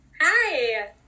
Hi